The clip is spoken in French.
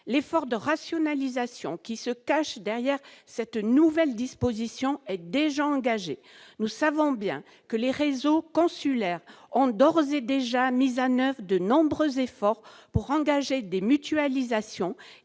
L'effort de rationalisation qui se cache derrière cette nouvelle disposition est déjà engagé. Nous savons bien que les réseaux consulaires ont d'ores et déjà mis en oeuvre de nombreux efforts pour engager des mutualisations